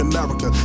America